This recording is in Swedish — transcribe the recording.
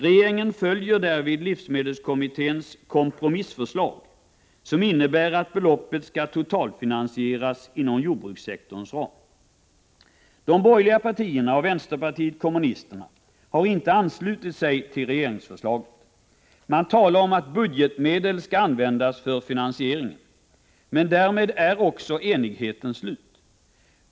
Regeringen följer därvid livsmedelskommitténs kompromissförslag, som innebär att beloppet skall totalfinansieras inom jordbrukssektorns ram. De borgerliga partierna och vänsterpartiet kommunisterna har inte anslutit sig till regeringsförslaget. De talar allmänt om att budgetmedel skall användas för finansiering. Men därmed är också enigheten slut.